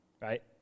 right